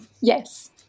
Yes